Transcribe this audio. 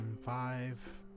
five